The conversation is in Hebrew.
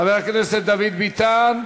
חבר הכנסת דוד ביטן.